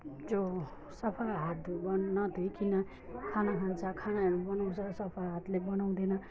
जो सफा हात नधोईकन खाना खान्छ खानाहरू बनाउँछ सफा हातले बनाउँदैन